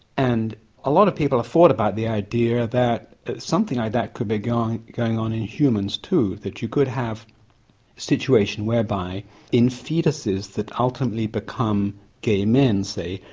and ah lot of people have thought about the idea that something like that could be going going on in humans too, that you could have situations whereby in foetuses that ultimately become gay men, say,